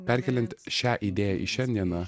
perkeliant šią idėją į šiandieną